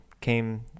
came